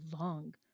long